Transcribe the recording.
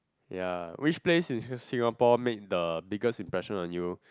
ya which place in Singapore make the biggest impression on you